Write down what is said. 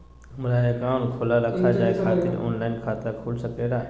हमारा अकाउंट खोला रखा जाए खातिर ऑनलाइन खाता खुल सके ला?